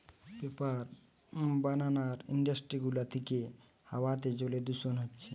paper বানানার industry গুলা থিকে হাওয়াতে জলে দূষণ হচ্ছে